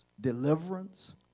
deliverance